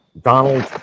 donald